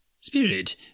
Spirit